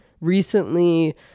recently